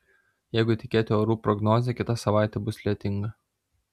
jeigu tikėti orų prognoze kita savaitė bus lietinga